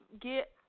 get